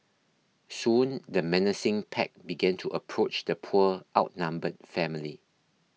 soon the menacing pack began to approach the poor outnumbered family